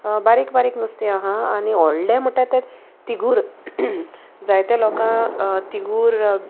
बारीक बारीक नुस्तें आहा आनी ओडलें म्हुटा तें तिगूर जायते लोकांक तिगूर